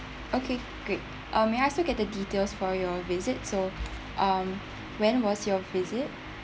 okay great uh may I still get the details for your visit so um when was your visit